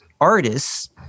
artists